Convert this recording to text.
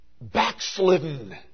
backslidden